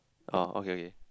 oh okay okay